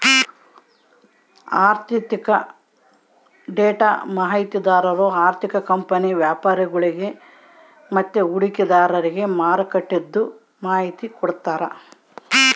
ಆಋಥಿಕ ಡೇಟಾ ಮಾಹಿತಿದಾರು ಆರ್ಥಿಕ ಕಂಪನಿ ವ್ಯಾಪರಿಗುಳ್ಗೆ ಮತ್ತೆ ಹೂಡಿಕೆದಾರ್ರಿಗೆ ಮಾರ್ಕೆಟ್ದು ಮಾಹಿತಿ ಕೊಡ್ತಾರ